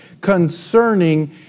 concerning